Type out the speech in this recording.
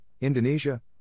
Indonesia